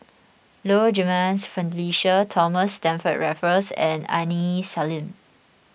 Low Jimenez Felicia Thomas Stamford Raffles and Aini Salim